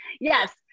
Yes